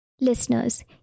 Listeners